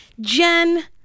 Jen